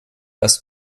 als